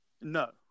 No